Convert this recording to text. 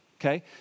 Okay